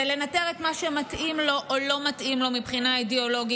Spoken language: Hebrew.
זה לנטר את מה שמתאים לו או לא מתאים לו מבחינה אידיאולוגית,